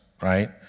right